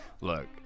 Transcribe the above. look